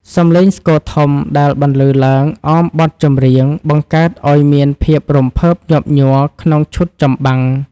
សំឡេងស្គរធំដែលបន្លឺឡើងអមបទចម្រៀង បង្កើតឱ្យមានភាពរំភើបញាប់ញ័រក្នុងឈុតចម្បាំង។